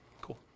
Cool